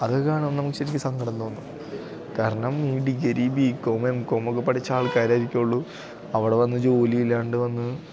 അതു കാണുമ്പോള് നമുക്കു ശരിക്കും സങ്കടം തോന്നും കാരണം ഈ degree B Com M Com ഒക്കെ പഠിച്ച ആൾക്കാരായിരിക്കോള്ളൂ അവിടെ വന്ന് ജോലിയില്ലാണ്ട് വന്ന്